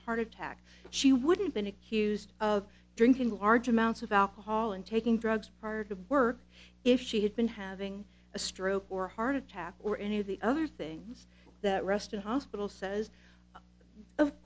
a heart attack she wouldn't been accused of drinking large amounts of alcohol and taking drugs part of work if she had been having a stroke or heart attack or any of the other things that rest in hospital says of